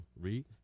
Read